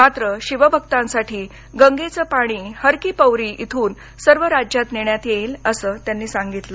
मात्र शिवभक्तांसाठी गंगेचं पाणी हर की पौरी इथून सर्व राज्यात नेण्यात येईल असं त्यांनी सांगितलं